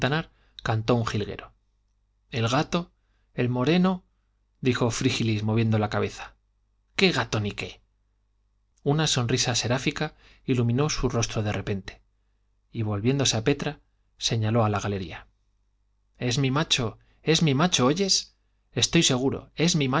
cantó un jilguero el gato el moreno dijo frígilis moviendo la cabeza qué gato ni qué una sonrisa seráfica iluminó su rostro de repente y volviéndose a petra señaló a la galería es mi macho es mi macho oyes estoy seguro es mi